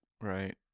right